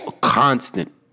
constant